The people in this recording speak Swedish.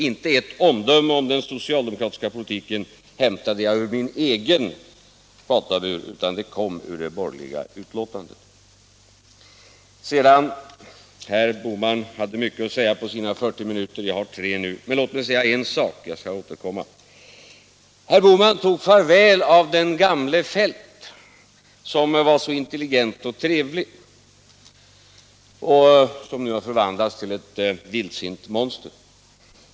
Inte ett omdöme om den socialdemokratiska politiken hämtade jag ur egen fatabur - allt kom ur det borgerliga betänkandet. Herr Bohman hade mycket att säga på sina 40 minuter. Jag har tre minuter på mig, men jag skall återkomma. Låt mig emellertid nu säga en sak. Herr Bohman tog farväl av den gamle Feldt som var så intelligent och trevlig men som nu har förvandlats till ett vildsint monster.